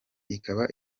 ikaba